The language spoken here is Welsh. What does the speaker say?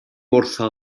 wrtho